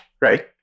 right